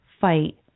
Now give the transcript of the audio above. fight